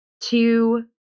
two